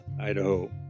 Idaho